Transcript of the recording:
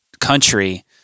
country